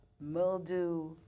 mildew